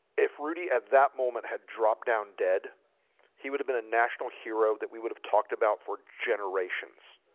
if rudy at that moment had dropped down dead he would have been a national hero that we would have talked about for generations